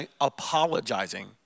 apologizing